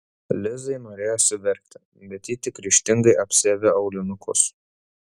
lizai norėjosi verkti bet ji tik ryžtingai apsiavė aulinukus